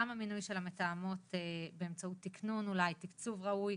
גם המינוי של המתאמות באמצעות תקנון אולי או תקצוב ראוי,